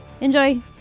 Enjoy